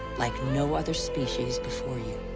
like no other species before you.